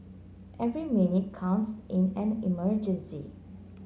every minute counts in an emergency